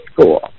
school